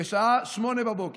בשעה 08:00